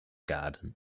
garden